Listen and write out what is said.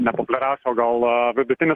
ne populiariausia gal vidutinis